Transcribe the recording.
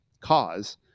cause